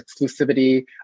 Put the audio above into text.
exclusivity